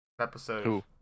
Episode